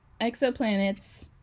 Exoplanets